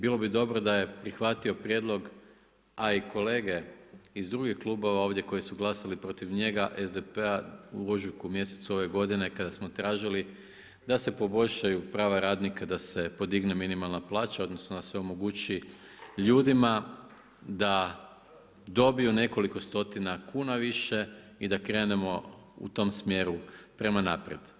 Bilo bi dobro da je prihvatio prijedlog, a i kolege iz drugih klubova ovdje koji su glasali protiv njega, SDP-a u ožujku mjesecu ove godine kada smo tražili da se poboljšaju prava radnika da se podigne minimalna plaća odnosno da se omogući ljudima da dobiju nekoliko stotina kuna više i da krenemo u tom smjeru prema naprijed.